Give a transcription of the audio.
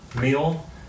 meal